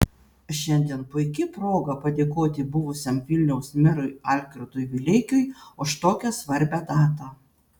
šiandien puiki proga padėkoti buvusiam vilniaus merui algirdui vileikiui už tokią svarbią datą